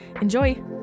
Enjoy